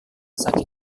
sakit